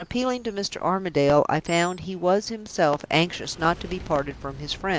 but on appealing to mr. armadale, i found he was himself anxious not to be parted from his friend.